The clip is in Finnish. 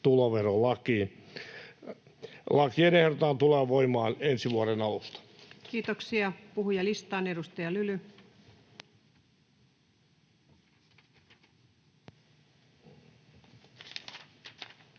tuloverolakiin. Lakien ehdotetaan tulevan voimaan ensi vuoden alusta. Kiitoksia. — Puhujalistaan, edustaja Lyly. Arvoisa